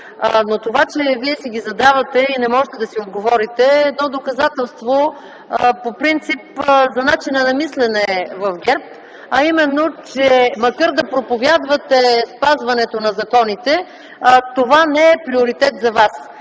Това, че Вие си ги задавате и не можете да си отговорите е едно доказателство, по принцип, за начина на мислене в ГЕРБ, а именно че макар да проповядвате спазването на законите, това не е приоритет за Вас.